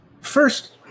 First